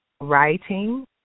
writing